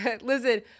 listen